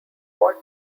fought